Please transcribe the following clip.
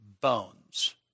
bones